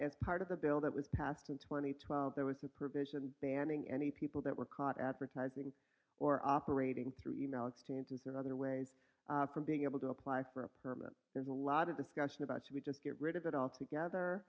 as part of a bill that was passed in two thousand and twelve there was a provision banning any people that were caught advertising or operating through e mail exchanges and other ways from being able to apply for a permit there's a lot of discussion about should we just get rid of it altogether